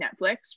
Netflix